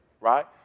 right